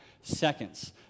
seconds